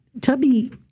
Tubby